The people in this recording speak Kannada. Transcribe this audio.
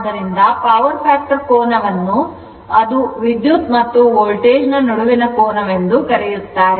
ಆದ್ದರಿಂದ ಪವರ್ ಫ್ಯಾಕ್ಟರ್ ಕೋನವನ್ನು ಎಂದರೆ ಅದು ವೋಲ್ಟೇಜ್ ಮತ್ತು ವಿದ್ಯುತ್ ನ ನಡುವಿನ ಕೋನವಾಗಿದೆ